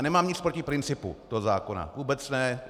Nemám nic proti principu toho zákona, vůbec ne.